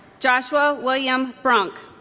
joshua william brunk